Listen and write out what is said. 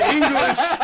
English